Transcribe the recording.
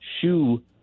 shoe